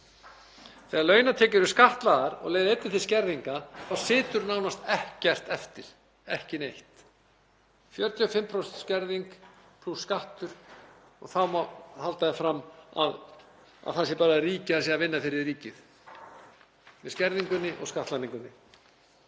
Þegar launatekjur eru skattlagðar og leiða einnig til skerðinga situr nánast ekkert eftir, ekki neitt, 45% skerðing plús skattur og þá má halda því fram að það sé bara ríkið, hann sé að vinna fyrir ríkið með skerðingunni og skattlagningunni.